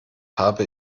habe